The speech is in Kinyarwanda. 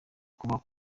kuba